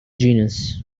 genus